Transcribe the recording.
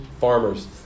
farmers